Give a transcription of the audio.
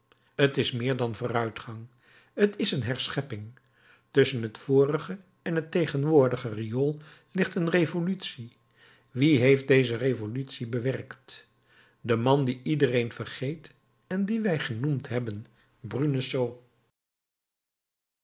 t is meer dan vooruitgang t is een herschepping tusschen het vorige en het tegenwoordige riool ligt een revolutie wie heeft deze revolutie bewerkt de man dien iedereen vergeet en dien wij genoemd hebben